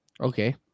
Okay